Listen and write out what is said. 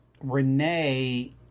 Renee